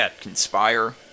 conspire